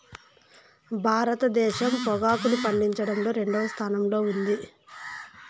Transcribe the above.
భారతదేశం పొగాకును పండించడంలో రెండవ స్థానంలో ఉంది